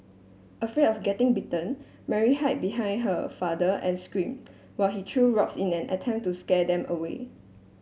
afraid of getting bitten Mary hide behind her father and scream while he threw rocks in an attempt to scare them away